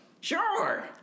sure